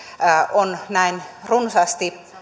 on näin runsaasti